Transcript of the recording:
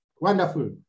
Wonderful